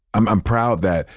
i'm, i'm proud that,